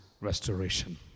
restoration